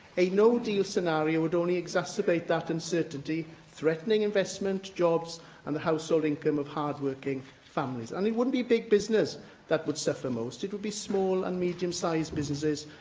a no deal scenario would only exacerbate that uncertainty, threatening investment, jobs and the household income of hard-working families. and it wouldn't be big business that would suffer most, it would be small and medium-sized businesses,